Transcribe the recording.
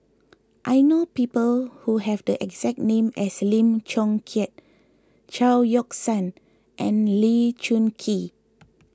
I know people who have the exact name as Lim Chong Keat Chao Yoke San and Lee Choon Kee